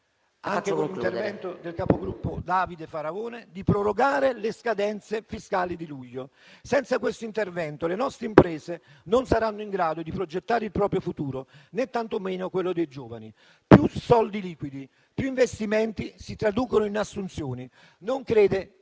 anche con l'intervento del presidente del Gruppo Davide Faraone, di prorogare le scadenze fiscali di luglio; senza questo intervento le nostre imprese non saranno in grado di progettare il proprio futuro, né tantomeno quello dei giovani. Più soldi liquidi, più investimenti si traducono in assunzioni. Non credo